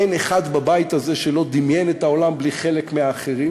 אין אחד בבית זה שלא דמיין את העולם בלי חלק מהאחרים.